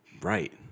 Right